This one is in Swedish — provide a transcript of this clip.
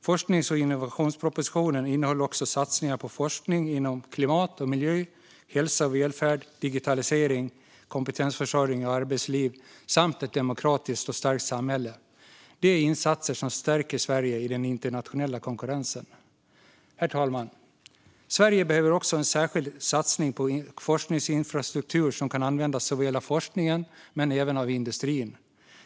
Forsknings och innovationspropositionen innehöll också satsningar på forskning inom klimat och miljö, hälsa och välfärd, digitalisering, kompetensförsörjning och arbetsliv samt ett demokratiskt och starkt samhälle. Det är insatser som stärker Sverige i den internationella konkurrensen. Herr talman! Sverige behöver också en särskild satsning på forskningsinfrastruktur som kan användas av forskningen men även av industrin.